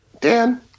Dan